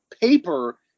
paper